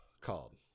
called